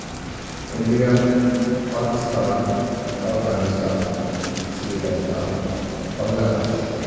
India Pakistan Afghanistan Sri Lanka بنگلہ دیش